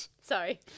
sorry